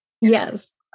Yes